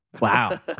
Wow